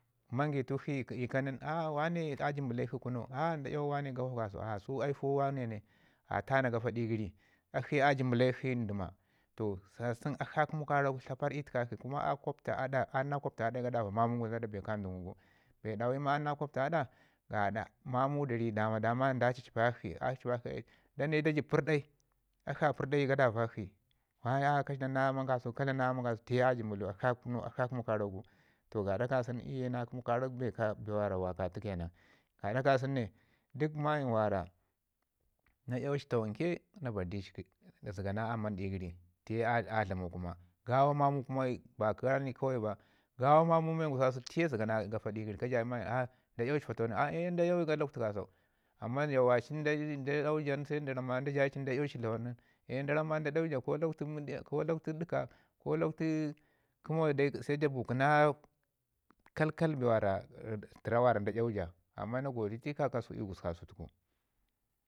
magutukshi i kau nin a wane jəbləkshi kuno a nda iyawu wane kafa kasau a ai su wanen a tana ɗi gəri alashi ye a jəmblekshi ndəma toh sun akashi a kəmu karak gu tlaparr i təkakshi kuma a nina kubta aəa a ni na kubta aəa i gadavakshi zəda bee ka dən gu. Bee dwu i ma a nina kupta aɗa gaɗa maman da ri dama duma da jajpayakshi a jajpayakshi dan dayi da jəp pərdai akshi a pədai ii gadankshi ma a ka dlam na aman kasau ka dlamna aman kasau tiye a jəmblau a kuno a gadaukshi gadu kasen iyu ye na kəmu karak bee wakatu ke nan gaɗa kasən ne dək mayim mii na iyawaci zəgana aman ɗi gəri, ti ye a dlaman kuma gawa mamau ba kanai. kawai ba tiye zəgana gafa ɗi yəri ka jayi mayim ma ci ndu iyawuci gafa tawan nin a nda iyawayu lakwtu kasau. Amman ja waci nda iyuwa jan nda jayi ci nda iyawu ci fatawan nin a da ramma da iyawu ja lakwtu mutu ƙo kəmə dai sai da bukina kaikai bee wara təra mi nda iyawu ja. Amma na godetu ii kakasəku gusku ka su tuku